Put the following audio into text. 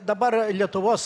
dabar lietuvos